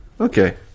okay